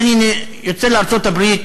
כשאני יוצא לארצות-הברית,